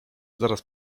zaraz